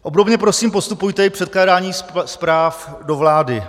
Obdobně prosím postupujte i při předkládání zpráv do vlády.